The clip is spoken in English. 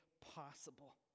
possible